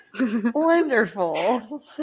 Wonderful